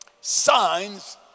signs